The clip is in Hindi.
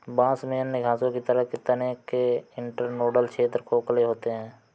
बांस में अन्य घासों की तरह के तने के इंटरनोडल क्षेत्र खोखले होते हैं